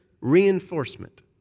reinforcement